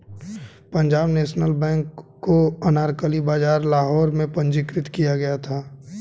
Punjab National Bank को अनारकली बाजार लाहौर में पंजीकृत किया गया था